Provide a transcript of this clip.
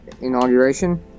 inauguration